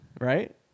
Right